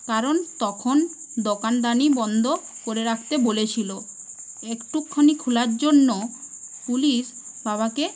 কারণ তখন দোকানদারী বন্ধ করে রাখতে বলেছিল একটুখানি খোলার জন্য পুলিশ বাবাকে